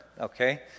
okay